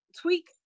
tweak